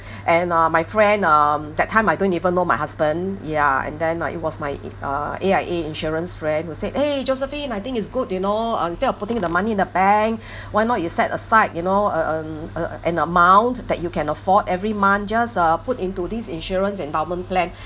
and uh my friend um that time I don't even know my husband ya and then like it was my a uh A_I_A insurance friend who said !hey! josephine I think it's good you know uh instead of putting the money in the bank why not you set aside you know a an an amount that you can afford every month just uh put into this insurance endowment plan